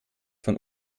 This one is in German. von